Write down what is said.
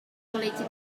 political